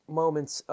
moments